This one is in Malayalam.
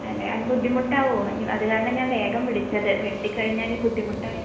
അതെ അത് ബുദ്ധിമുട്ടാവുമോ അത് കാരണം ഞാൻ വേഗം വിളിച്ചത് വെട്ടി കഴിഞ്ഞാൽ ബുദ്ധിമുട്ടായാലോ